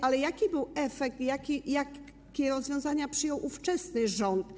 Ale to był efekt tego, jakie rozwiązania przyjął ówczesny rząd.